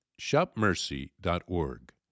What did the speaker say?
shopmercy.org